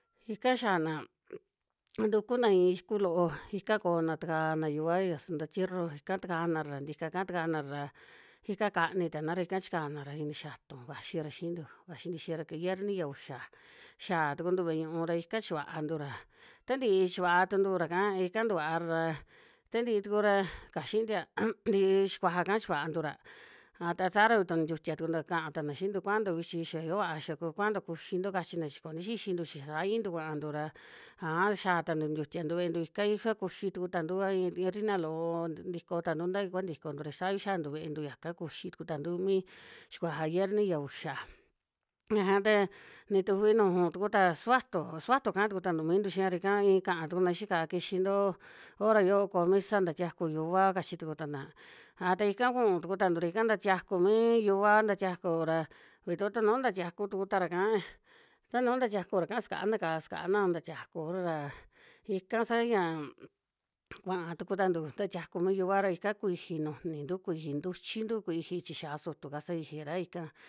Ika xiana tukuna iin iku loo ika kona takana yuvao ya santo tierro ika takanara ra ntika'ka takanara ra ika kani tanara, ika chikanara ini xiatun vaxiara xiintu, vaxi ntixira ki yierni ya uxa, yiaa tukuntu ve'e ñu'u ra ika chikantura ta ntii chikua tuntura ka, ika tuvara ra, ta ntii tuku ra kaxi ntia tintii xikuaja'ka chuvantura aj ta saa ra vituu nintiutia tukuntu a ka'a tana xiintu, kuanto vichi xia yo vaa, xa ku kuanto kuxinto kachina chi koó ni xixintu chi saa intu kuantu ra, aja xiaa tantu ntiutiantu ve'entu ikai saa kuxi tuku tantu a iin harina loo ntiko tantu ta ya kua ntikontu ra, savi xiantu ve'entu yaka kuxi tuku tantu mii xikuaja yierni ya uxa, aja ta ni tufi nuju tukuta suvato, suvato kaa tuku tantu mintu xia ra ika iin ka'a tukuna xii ka'á, kixinto hora yo'o koo misa nta tiaku yuvao kachi tuku tana, aja ta ika kuu tuku tantu ra ika nta tiaku mi yuvao, nta tiaku ra vitu ta nuu nta tiaku tuku tara ika, ta nu nta tiakura'ka sakana ka'á, kana nta tiaku kura ra, ika sa yam kuaa tuku tantu nta tiaku mi yuvao ra ika kuiji nujnintu, kuiji ntuchintu kiji chi xaa sutu kasa ijira ika.